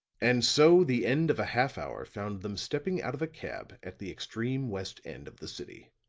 and so the end of a half hour found them stepping out of a cab at the extreme west end of the city.